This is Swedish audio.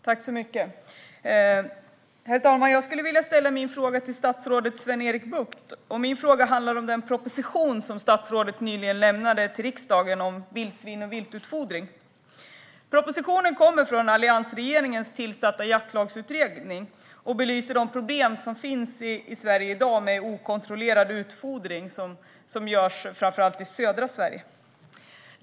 Herr talman! Jag vill ställa min fråga till statsrådet Sven-Erik Bucht. Den handlar om den proposition om vildsvin och viltutfodring som statsrådet nyligen överlämnade till riksdagen. Propositionen kommer från alliansregeringens tillsatta jaktlagsutredning och belyser de problem som finns i Sverige i dag med okontrollerad utfodring, vilket framför allt sker i södra Sverige.